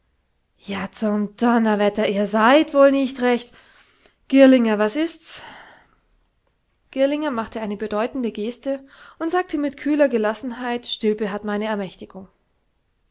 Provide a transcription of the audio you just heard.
ja zum donnerwetter ihr seid wohl nicht recht girlinger was ists girlinger machte eine bedeutende geste und sagte mit kühler gelassenheit stilpe hat meine ermächtigung